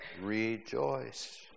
rejoice